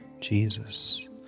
Jesus